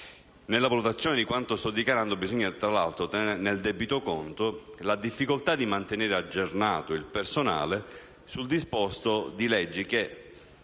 (nella valutazione di quanto sto dichiarando bisogna tenere nel debito conto la difficoltà di mantenere aggiornato il personale sul disposto di leggi che